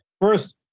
First